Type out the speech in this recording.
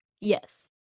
Yes